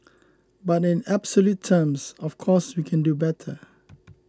but in absolute terms of course we can do better